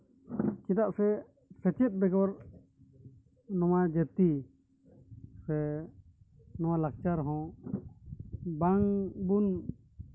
ᱪᱮᱫᱟᱜ ᱥᱮ ᱥᱮᱪᱮᱫ ᱵᱮᱜᱚᱨ ᱱᱚᱣᱟ ᱡᱟᱹᱛᱤ ᱥᱮ ᱱᱚᱣᱟ ᱞᱟᱠᱪᱟᱨ ᱦᱚᱸ ᱵᱟᱝᱵᱩᱱ